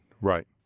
right